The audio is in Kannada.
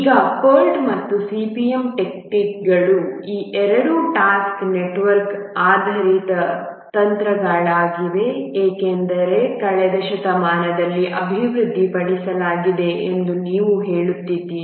ಈಗ PERT ಮತ್ತು CPM ಟೆಕ್ನಿಕ್ಗಳು ಈ ಎರಡು ಟಾಸ್ಕ್ ನೆಟ್ವರ್ಕ್ ಆಧಾರಿತ ತಂತ್ರಗಳಾಗಿವೆ ಏಕೆಂದರೆ ಇವುಗಳನ್ನು ಕಳೆದ ಶತಮಾನದಲ್ಲಿ ಅಭಿವೃದ್ಧಿಪಡಿಸಲಾಗಿದೆ ಎಂದು ನೀವು ಹೇಳುತ್ತಿದ್ದೀರಿ